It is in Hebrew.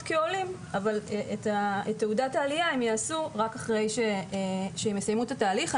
כעולים אבל את העלייה הם יעשו רק אחרי שהם יסיימו את התהליך.